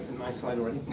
my slide already,